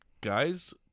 guys